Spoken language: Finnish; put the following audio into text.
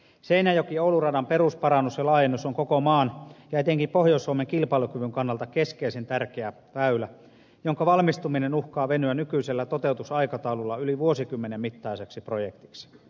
seinäjokioulu rata on koko maan ja etenkin pohjois suomen kilpailukyvyn kannalta keskeisen tärkeä väylä jonka perusparannuksen ja laajennuksen valmistuminen uhkaa venyä nykyisellä toteutusaikataululla yli vuosikymmenen mittaiseksi projektiksi